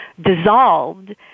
dissolved